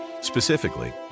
Specifically